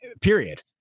Period